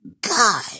God